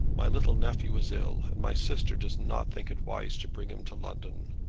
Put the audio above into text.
my little nephew is ill, and my sister does not think it wise to bring him to london.